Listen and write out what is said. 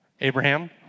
Abraham